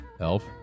elf